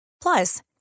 Plus